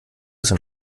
sind